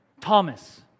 Thomas